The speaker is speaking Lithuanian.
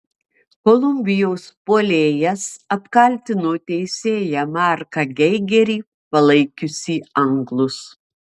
kolumbijos puolėjas apkaltino teisėją marką geigerį palaikiusį anglus